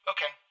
Okay